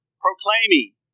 proclaiming